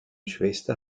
schwester